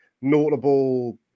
notable